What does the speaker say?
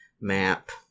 map